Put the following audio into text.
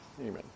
amen